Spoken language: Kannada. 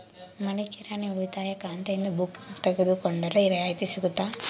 ಮನಿ ಕಿರಾಣಿ ಉಳಿತಾಯ ಖಾತೆಯಿಂದ ಬುಕ್ಕು ಮಾಡಿ ತಗೊಂಡರೆ ರಿಯಾಯಿತಿ ಸಿಗುತ್ತಾ?